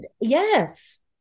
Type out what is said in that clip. Yes